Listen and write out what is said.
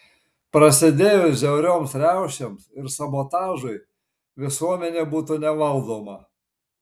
prasidėjus žiaurioms riaušėms ir sabotažui visuomenė būtų nevaldoma